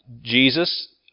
Jesus